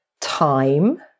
time